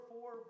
four